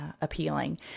appealing